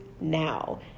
now